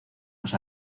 más